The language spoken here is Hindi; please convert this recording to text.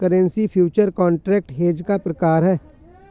करेंसी फ्युचर कॉन्ट्रैक्ट हेज का प्रकार है